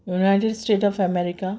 United States of America